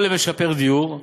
או למשפר דיור,